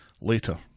Later